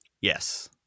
Yes